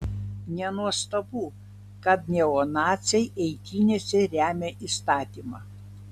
nenuostabu kad neonaciai eitynėse remia įstatymą